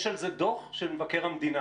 יש על זה דוח של מבקר המדינה,